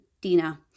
Dina